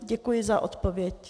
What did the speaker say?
Děkuji za odpověď.